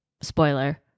spoiler